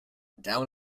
down